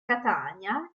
catania